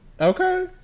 Okay